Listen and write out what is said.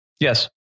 Yes